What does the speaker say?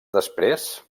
després